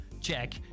check